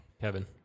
kevin